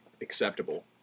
acceptable